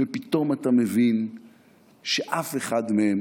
ופתאום אתה מבין שאף אחד מהם